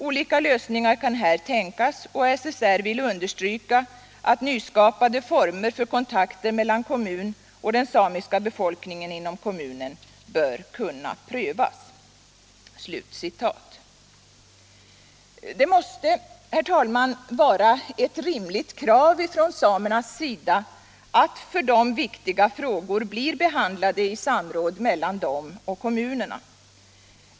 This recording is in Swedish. Olika lösningar kan här tänkas och SSR vill understryka att nyskapade former för kontakter mellan kommun och den samiska befolkningen inom kommunen bör kunna prövas.” Det måste, herr talman. sägas vara ott rimligt krav från samernas sida att för dem viktiga frågor blir behandlade i samråd mellan dem och kommunerna.